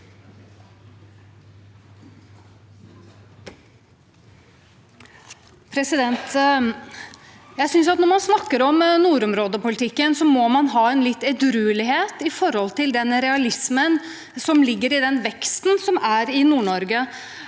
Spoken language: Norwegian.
når man snakker om nordområdepolitikken, må man ha litt edruelighet når det gjelder den realismen som ligger i den veksten som er i Nord-Norge.